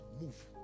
move